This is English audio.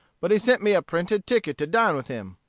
but he sent me a printed ticket to dine with him.